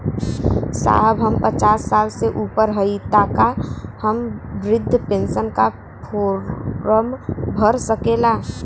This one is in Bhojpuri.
साहब हम पचास साल से ऊपर हई ताका हम बृध पेंसन का फोरम भर सकेला?